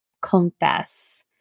confess